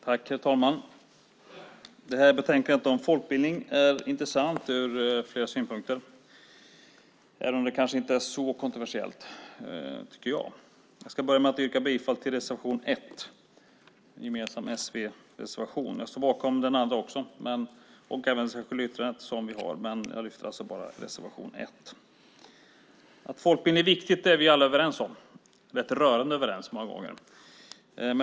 Herr talman! Det här betänkandet om folkbildning är intressant ur flera synpunkter, även om det inte är så kontroversiellt. Jag ska börja med att yrka bifall till reservation 1, en gemensam s och v-reservation. Jag står bakom även den andra reservationen och det särskilda yttrandet men lyfter fram bara reservation 1. Att folkbildningen är viktig är vi alla överens om, rörande överens många gånger.